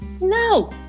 No